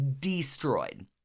destroyed